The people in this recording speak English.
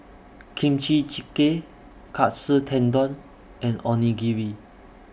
Kimchi Jjigae Katsu Tendon and Onigiri